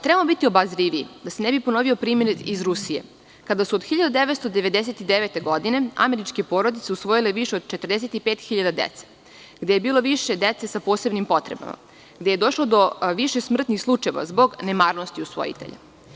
Trebamo biti obazriviji da se ne bi ponovio primer iz Rusije, kada su od 1999. godine američke porodice usvojile više od 45.000 dece, gde je bilo više dece sa posebnim potrebama, gde je došlo do više smrtnih slučajeva zbog nemarnosti usvojitelja.